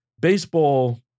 baseball